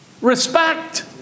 respect